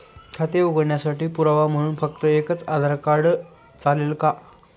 खाते उघडण्यासाठी पुरावा म्हणून फक्त एकच आधार कार्ड चालेल का?